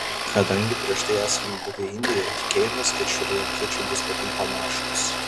kadangi prieš tai esame buvę indijoje tikėjomės kad šrilankiečiai bus labai panašūs